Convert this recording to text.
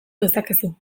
dezakezu